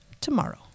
tomorrow